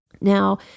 Now